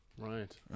Right